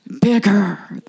Bigger